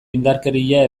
indarkeria